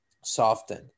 soften